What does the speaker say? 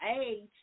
age